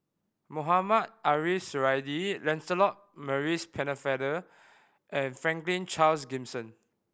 Mohamed Ariff Suradi Lancelot Maurice Pennefather and Franklin Charles Gimson